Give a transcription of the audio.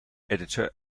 editor